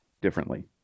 differently